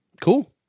cool